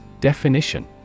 Definition